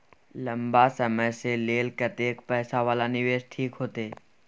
लंबा समय के लेल कतेक पैसा वाला निवेश ठीक होते?